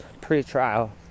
pre-trial